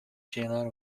şeyler